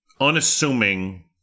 unassuming